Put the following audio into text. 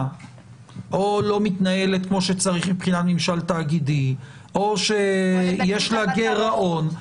או לא מתנהלת כמו שצריך מבחינת ממשל תאגידי או שיש לה גירעון,